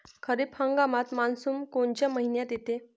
खरीप हंगामात मान्सून कोनच्या मइन्यात येते?